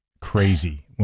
crazy